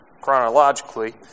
chronologically